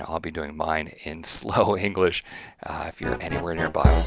um i'll be doing mine in slow english if you're anywhere nearby.